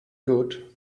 good